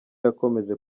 yakomeje